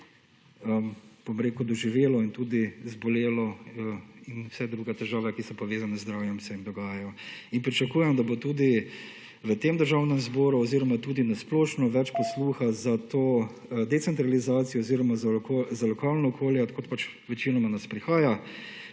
doživelo in tudi zbolelo in vse druge težave, ki so povezane z zdravjem se jim dogajajo. In pričakujem, da bo tudi v tem Državnem zboru oziroma tudi na splošno več posluha za to decentralizacijo oziroma za lokalno okolje od koder nas večinoma prihaja.